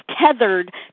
tethered